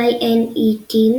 ynet,